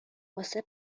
واسه